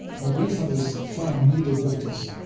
my grandfather's farm needed workers.